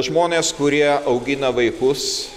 žmones kurie augina vaikus